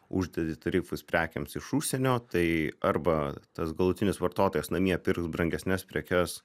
uždedi tarifus prekėms iš užsienio tai arba tas galutinis vartotojas namie pirks brangesnes prekes